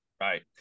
right